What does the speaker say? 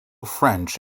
french